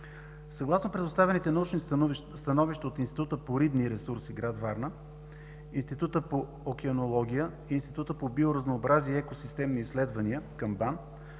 Съгласно предоставените научни становища от Института по рибни ресурси – гр. Варна, Института по океанология и Института по биоразнообразие и екосистемни изследвания към